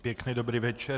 Pěkný dobrý večer.